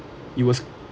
it was